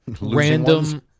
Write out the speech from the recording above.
random